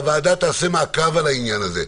והוועדה תעשה מעקב על העניין הזה,